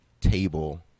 table